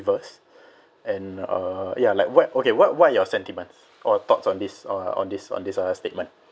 and uh ya like what okay what what are your sentiments or thoughts on this on this on this uh statement